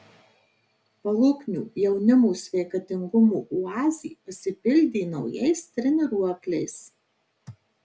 paluknio jaunimo sveikatingumo oazė pasipildė naujais treniruokliais